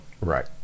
Right